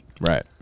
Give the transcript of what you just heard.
Right